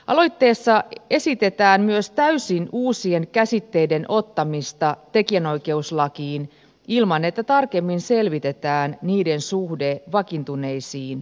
aloitteessa esitetään myös täysin uusien käsitteiden ottamista tekijänoikeuslakiin ilman että tarkemmin selvitetään niiden suhde vakiintuneisiin käsitteisiin